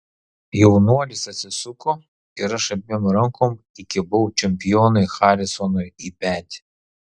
jaunuolis atsisuko ir aš abiem rankom įkibau čempionui harisonui į petį